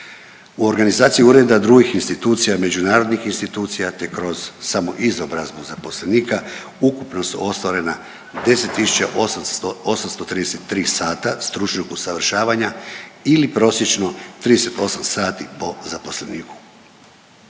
U organizaciji Ureda drugih institucija, međunarodnih institucija te kroz samoizobrazbu zaposlenika, ukupno su ostvarena 10 833 sata stručnog usavršavanja ili prosječno 38 sati po zaposleniku.